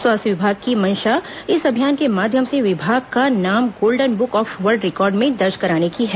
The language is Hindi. स्वास्थ्य विभाग की मंशा इस अभियान के माध्यम से विभाग का नाम golden book of world record में दर्ज कराने की है